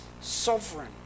sovereign